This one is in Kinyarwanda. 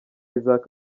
isaac